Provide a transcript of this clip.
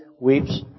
weeps